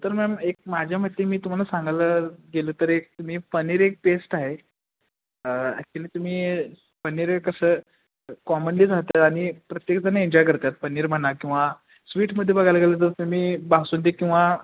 तर मॅम एक माझ्या मते मी तुम्हाला सांगायला गेलो तर एक तुम्ही पनीर एक टेस्ट आहे ॲक्च्युली तुम्ही पनीर कसं कॉमनली जातं आणि प्रत्येकजण एन्जॉय करतात पनीर म्हणा किंवा स्वीटमध्ये घायला गेलं तर तुम्ही बासुंदी किंवा